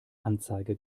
anzeige